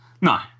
No